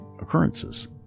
occurrences